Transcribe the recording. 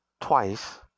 twice